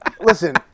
Listen